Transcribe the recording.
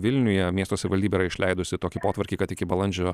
vilniuje miesto savivaldybė yra išleidusi tokį potvarkį kad iki balandžio